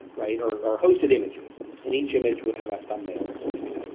right? or or hosted images and each image would have a thumbnail associated